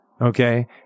Okay